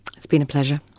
it's been a pleasure.